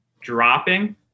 dropping